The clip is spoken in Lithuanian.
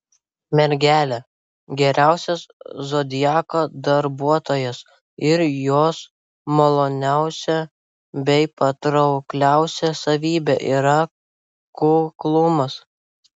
mergelė geriausias zodiako darbuotojas ir jos maloniausia bei patraukliausia savybė yra kuklumas